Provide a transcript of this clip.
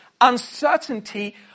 uncertainty